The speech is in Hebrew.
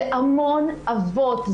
זה המון אבות,